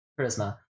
Charisma